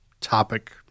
topic